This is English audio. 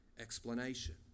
explanation